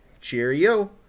Cheerio